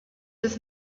this